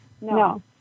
No